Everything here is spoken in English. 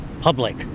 public